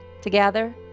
Together